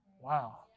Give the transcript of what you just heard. wow